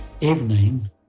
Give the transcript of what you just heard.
evening